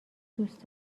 دوست